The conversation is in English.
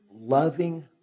loving